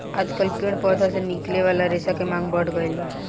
आजकल पेड़ पौधा से निकले वाला रेशा के मांग बढ़ गईल बा